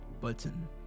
button